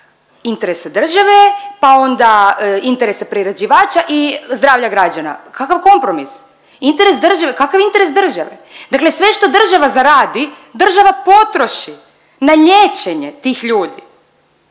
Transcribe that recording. interesa države, pa onda interesa priređivača i zdravlja građana. Kakav kompromis? Interes države. Kakav interes države? Dakle sve što država zaradi država potroši na liječenje tih ljudi